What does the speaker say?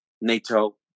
NATO